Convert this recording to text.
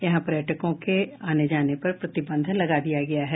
यहां पर्यटकों के आने जाने पर प्रतिबंध लगा दिया गया है